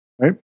Right